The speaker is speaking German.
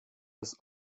das